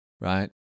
right